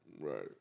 right